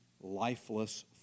lifeless